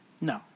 No